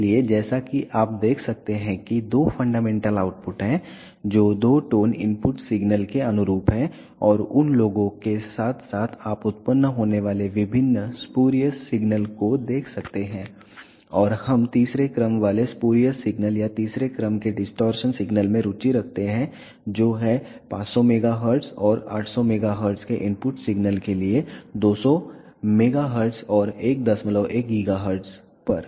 इसलिए जैसा कि आप देख सकते हैं कि दो फंडामेंटल आउटपुट हैं जो दो टोन इनपुट सिग्नल के अनुरूप हैं और उन लोगों के साथ साथ आप उत्पन्न होने वाले विभिन्न स्पूरियस सिग्नल को देख सकते हैं और हम तीसरे क्रम वाले स्पूरियस सिग्नल या तीसरे क्रम के डिस्टॉरशन सिग्नल में रुचि रखते हैं जो हैं 500 MHz और 800 MHz के इनपुट सिग्नल के लिए 200 MHz और 11 GHz पर